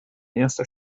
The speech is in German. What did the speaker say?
erster